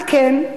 על כן,